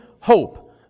hope